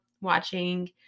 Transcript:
watching